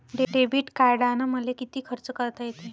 Debit कार्डानं मले किती खर्च करता येते?